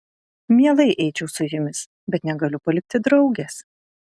mielai eičiau su jumis bet negaliu palikti draugės